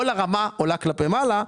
כל הרמה עולה כלפי מעלה.